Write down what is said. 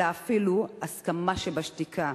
אלא אפילו הסכמה שבשתיקה.